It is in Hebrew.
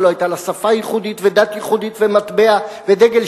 שלא היתה לה שפה ייחודית ודת ייחודית ומטבע ודגל?